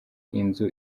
inzu